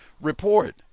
report